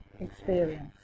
experience